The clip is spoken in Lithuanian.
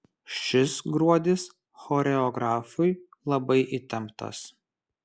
šis gruodis choreografui labai įtemptas